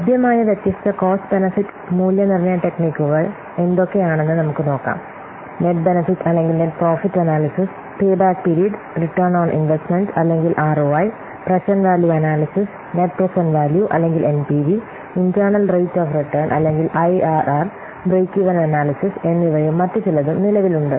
ലഭ്യമായ വ്യത്യസ്ത cost benefit മൂല്യനിർണ്ണയ ടെക്നിക്കുകൾ എന്തൊക്കെയാണെന്ന് നമുക്ക് നോക്കാം നെറ്റ് ബെനിഫിറ്റ് അല്ലെങ്കിൽ net profit analysis payback period return on investment അല്ലെങ്കിൽ ROI present value analysis net present value അല്ലെങ്കിൽ NPV internal rate of return അല്ലെങ്കിൽ ഐആർആർ ബ്രേക്ക് ഈവൻ അനാല്യ്സിസ് എന്നിവയും മറ്റ് ചിലതും നിലവിലുണ്ട്